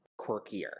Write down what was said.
quirkier